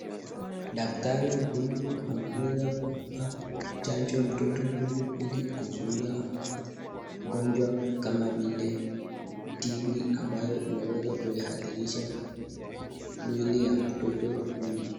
Daktari huyu ameweza kumpea chanjo mtoto huyu, ikimkuzuia ugonjwa kama vile tuberculosis tb ambayo imeweza kuhadharisha mwili wa mtoto huyu.